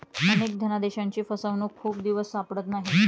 अनेक धनादेशांची फसवणूक खूप दिवस सापडत नाहीत